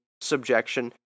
subjection